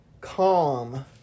calm